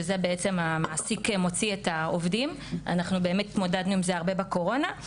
זה כשהמעסיק מוציא את העובדים והתמודדנו עם זה הרבה בקורונה.